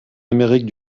amérique